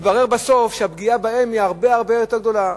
מתברר בסוף שהפגיעה בהם היא הרבה הרבה יותר גדולה.